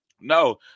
No